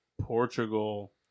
Portugal